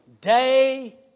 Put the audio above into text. day